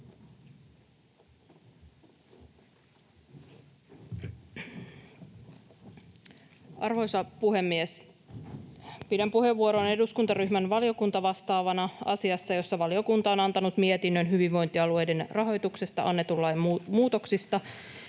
Arvoisa puhemies! Pidän puheenvuoron eduskuntaryhmän valiokuntavastaavana asiassa, jossa valiokunta on antanut mietinnön hyvinvointialueiden rahoituksesta annetun lain muutoksista,